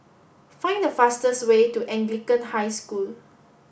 find the fastest way to Anglican High School